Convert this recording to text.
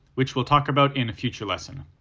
which we'll talk about in a future lesson.